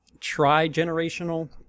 tri-generational